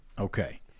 Okay